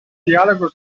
dialogo